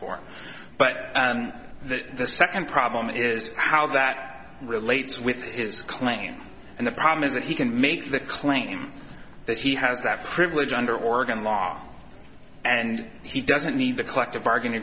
for but the second problem is how that relates with his claim and the problem is that he can make the claim that he has that privilege under oregon law and he doesn't need the collective bargaining